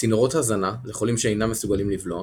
צינורות הזנה לחולים שאינם מסוגלים לבלוע